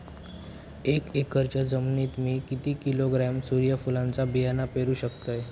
एक एकरच्या जमिनीत मी किती किलोग्रॅम सूर्यफुलचा बियाणा पेरु शकतय?